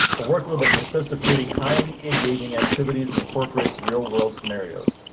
but workload that consist of creating highly engaging activities and incorporates real-world scenarios.